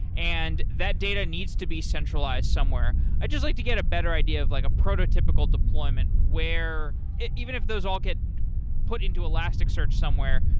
and that data needs to be centralized somewhere. i'd just like to get a better idea of like a prototypical deployment where even if those all get put into elasticsearch somewhere,